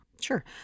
sure